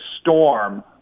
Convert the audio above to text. storm